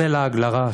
זה לעג לרש.